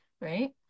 right